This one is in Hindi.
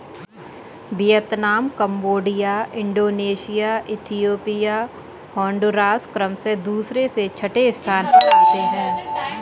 Vietnam Cambodia Indonesia Ethiopia Honduras क्रमशः दूसरे से छठे स्थान पर आते हैं